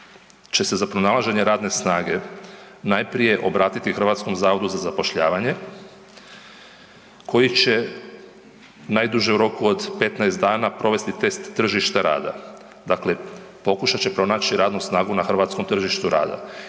će se za pronalaženje radne snage najprije obratiti HZZ-u koji će najduže u roku od 15 dana provesti test tržišta rada. Dakle, pokušat će pronaći radnu snagu na hrvatskom tržištu rada